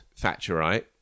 thatcherite